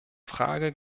frage